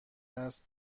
است